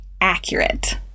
accurate